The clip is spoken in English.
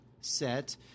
set